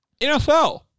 NFL